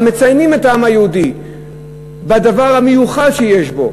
אבל מציינים את העם היהודי בדבר המיוחד שיש בו,